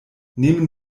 nehmen